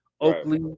Oakley